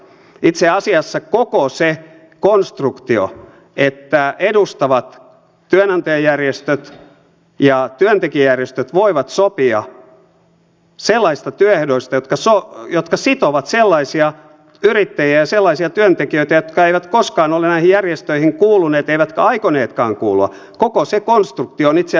itse asiassa koko se konstruktio että edustavat työnantajajärjestöt ja työntekijäjärjestöt voivat sopia sellaisista työehdoista jotka sitovat sellaisia yrittäjiä ja sellaisia työntekijöitä jotka eivät koskaan ole näihin järjestöihin kuuluneet eivätkä aikoneetkaan kuulua on lainsäädännöllä luotu